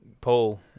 Paul